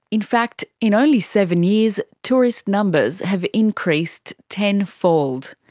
in fact in only seven years, tourist numbers have increased ten fold.